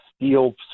steel